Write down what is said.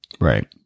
Right